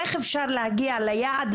איך אפשר להגיע ליעד,